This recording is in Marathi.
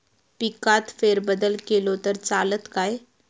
पिकात फेरबदल केलो तर चालत काय?